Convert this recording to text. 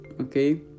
Okay